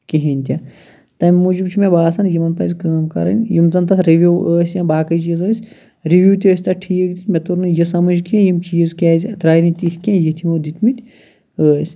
کِہیٖنۍ تہِ تمہِ موٗجوب چھُ مےٚ باسان یِمَن پَزِ کٲم کَرٕنۍ یِم زَن تَتھ رِوِو ٲسۍ یا باقٕے چیٖز ٲسۍ رِوِو تہِ ٲسۍ تَتھ ٹھیٖک دِتھ مےٚ توٚر نہٕ یہِ سمجھ کہِ یِم چیٖز کیازِ درایہِ نہٕ تِتھ کینٛہہ یِتھ یِمو دِتمٕتۍ ٲسۍ